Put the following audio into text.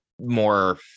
more